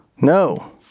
No